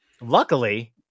Luckily